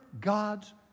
God's